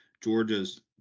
Georgia's